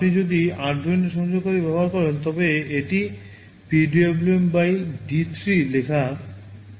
যদি আরডুইনো সংযোগকারী ব্যবহার করেন তবে এটিতে PWM D 3 লেখা আছে দেখা যাবে